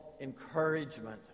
encouragement